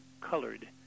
colored